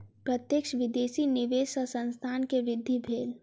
प्रत्यक्ष विदेशी निवेश सॅ संस्थान के वृद्धि भेल